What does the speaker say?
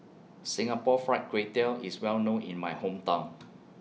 Singapore Fried Kway Tiao IS Well known in My Hometown